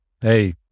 hey